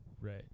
Right